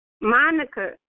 Monica